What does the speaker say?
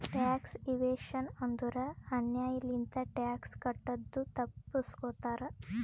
tax evasion ಅಂದುರ್ ಅನ್ಯಾಯ್ ಲಿಂತ ಟ್ಯಾಕ್ಸ್ ಕಟ್ಟದು ತಪ್ಪಸ್ಗೋತಾರ್